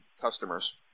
customers